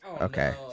Okay